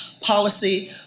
policy